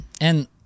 And-